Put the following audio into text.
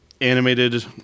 animated